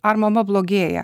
ar mama blogėja